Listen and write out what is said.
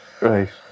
right